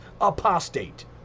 apostate